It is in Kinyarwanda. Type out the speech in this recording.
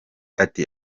ati